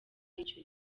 ico